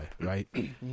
right